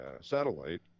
satellite